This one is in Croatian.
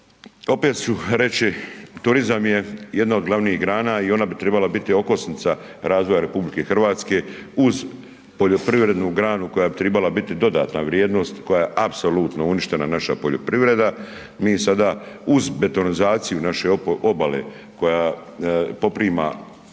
Opet ću reći turizam je jedna od glavnih grana i ona bi trebala biti okosnica razvoja Republike Hrvatske uz poljoprivrednu granu koja bi trebala biti dodatna vrijednost koja je apsolutno uništena naša poljoprivreda, mi sada uz betonizaciju naše obale koja poprima